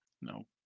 no